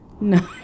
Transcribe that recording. No